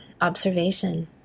observation